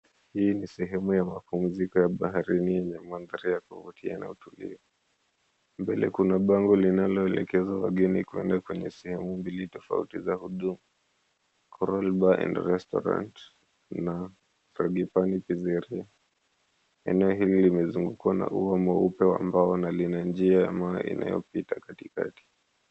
Hii ni sehemu ya mapumziko ya baharini yenye mandhari ya kuvutia yanayotulia. Mbele kuna bango linaloelekeza wageni kwenda sehemu mbili tofauti za huduma. CORAL BAR & RESTAURANT na FRANGIPANI PIZZERIA. Eneo hili limezungukwa na ua mweupe wa mbao na lina njia ya mawe inayopita katikati.